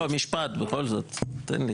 משפט, תן לי.